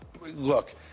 Look